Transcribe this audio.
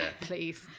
please